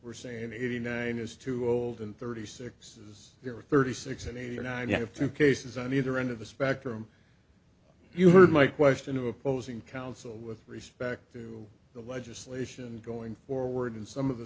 we're saying eighty nine is too old and thirty six is there are thirty six and eight or nine you have two cases on either end of the spectrum you heard my question the opposing counsel with respect to the legislation going forward some of the